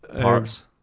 parks